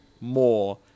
more